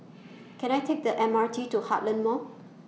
Can I Take The M R T to Heartland Mall